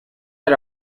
era